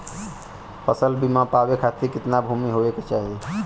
फ़सल बीमा पावे खाती कितना भूमि होवे के चाही?